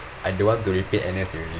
I don't want to repeat N_S already